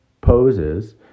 poses